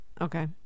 okay